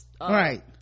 Right